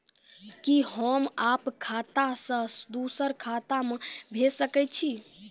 कि होम आप खाता सं दूसर खाता मे भेज सकै छी?